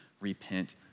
repent